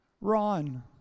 Ron